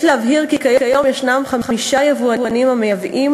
יש להבהיר כי כיום יש חמישה יבואנים המייבאים